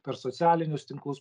per socialinius tinklus